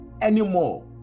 anymore